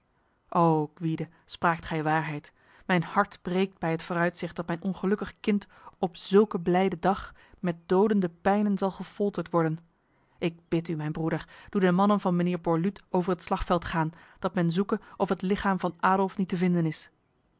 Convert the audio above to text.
o gwyde spraakt gij waarheid mijn hart breekt bij het vooruitzicht dat mijn ongelukkig kind op zulke blijde dag met dodende pijnen zal gefolterd worden ik bid u mijn broeder doe de mannen van mijnheer borluut over het slagveld gaan dat men zoeke of het lichaam van adolf niet te vinden is